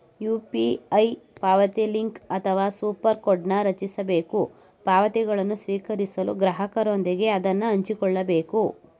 UPI ಪಾವತಿಲಿಂಕ್ ಅಥವಾ super ಕೋಡ್ನ್ ರಚಿಸಬೇಕು ಪಾವತಿಗಳನ್ನು ಸ್ವೀಕರಿಸಲು ಗ್ರಾಹಕರೊಂದಿಗೆ ಅದನ್ನ ಹಂಚಿಕೊಳ್ಳಬೇಕು